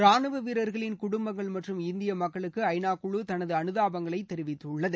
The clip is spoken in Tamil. ராணுவ வீரர்களின் குடும்பங்கள் மற்றும் இந்திய மக்களுக்கு ஐநா குழு தனது அனுதாபங்களை தெரிவித்துள்ளது